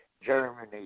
Germany